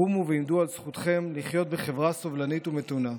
קומו ועמדו על זכותכם לחיות בחברה סובלנית ומתונה.